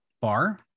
bar